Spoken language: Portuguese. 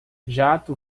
jato